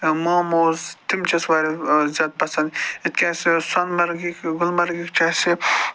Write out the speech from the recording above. ماموز تِم چھِ اَسہِ واریاہ زیادٕ پَسنٛد یِتھٕ کٔنۍ اَسہِ سُہ سۄنہٕ مرگ ہٮ۪کہِ گُلمرگ چھِ اَسہِ